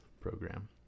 program